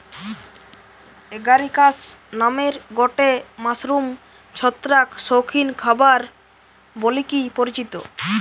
Agaricus নামের গটে mushroom ছত্রাক শৌখিন খাবার বলিকি পরিচিত